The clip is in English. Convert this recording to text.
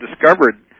discovered